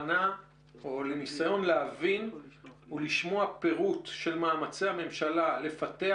לניסיון להבין ולשמוע פירוט של מאמצי הממשלה לפתח